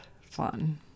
fun